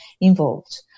involved